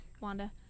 Wanda